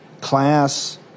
class